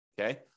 Okay